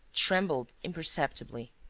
trembled imperceptibly.